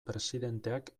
presidenteak